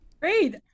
Great